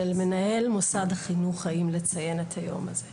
מנהל מוסד החינוך האם לציין את היום הזה.